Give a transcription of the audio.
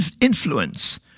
influence